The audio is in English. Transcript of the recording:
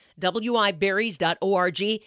wiberries.org